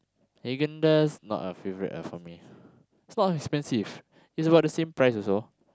Haagen-Dazs not my favourite lah for me it's not expensive it's about the same price also